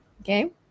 okay